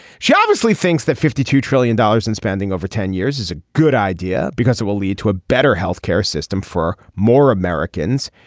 she obviously thinks that fifty two trillion dollars in spending over ten years is a good idea because it will lead to a better health care system for more americans.